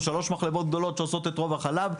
שלוש מחלבות גדולות שעושות את רוב החלב,